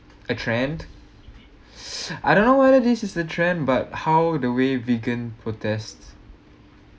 a trend I don't know whether this is the trend but how the way vegan protests